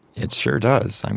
it sure does.